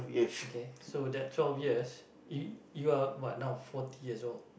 okay so that twelve years you you are what now forty years old